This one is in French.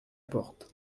porte